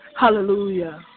Hallelujah